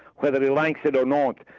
whether he likes it or not,